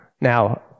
Now